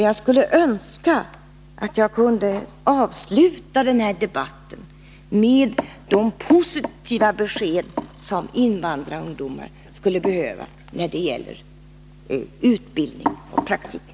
Jag skulle önska att den här debatten kunde avslutas med de positiva besked om utbildning och praktik som invandrarungdomarna behöver.